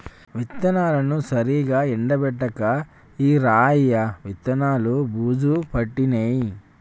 విత్తనాలను సరిగా ఎండపెట్టక ఈరయ్య విత్తనాలు బూజు పట్టినాయి